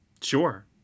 Sure